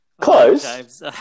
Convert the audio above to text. Close